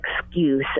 excuse